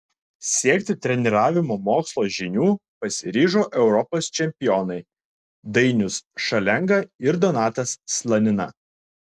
siekti treniravimo mokslo žinių pasiryžo europos čempionai dainius šalenga ir donatas slanina